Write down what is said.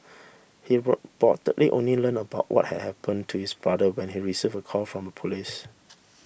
he reportedly only learned about what had happened to his brother when he receive a call from the police